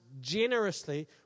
generously